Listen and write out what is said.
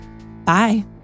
Bye